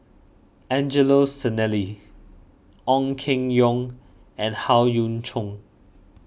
Angelo Sanelli Ong Keng Yong and Howe Yoon Chong